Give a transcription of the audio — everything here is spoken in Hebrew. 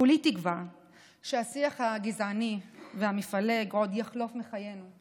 כולי תקווה שהשיח הגזעני והמפלג עוד יחלוף מחיינו,